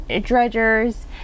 dredgers